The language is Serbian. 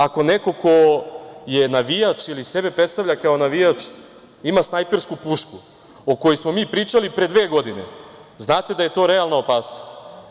Ako neko ko je navijač ili sebe predstavlja kao navijača ima snajpersku pušku, o kojoj smo mi pričali pre dve godine, znate da je to realna opasnost.